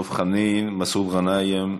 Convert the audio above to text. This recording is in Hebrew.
דב חנין, מסעוד גנאים,